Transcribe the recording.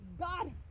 God